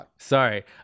Sorry